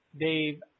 Dave